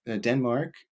Denmark